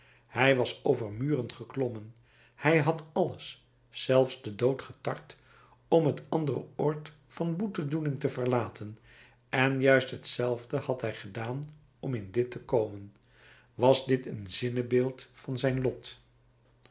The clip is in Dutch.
hij was over muren geklommen hij had alles zelfs den dood getart om het andere oord van boetedoening te verlaten en juist hetzelfde had hij gedaan om in dit te komen was dit een zinnebeeld van zijn lot